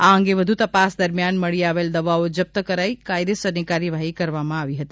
આ અંગે વધુ તપાસ દરમિયાન મળી આવેલ દવાઓ જપ્ત કરી કાયદેસરની કાર્યવાહી કરવામાં આવી હતી